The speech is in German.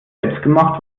selbstgemacht